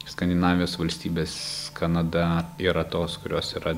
skandinavijos valstybės kanada yra tos kurios yra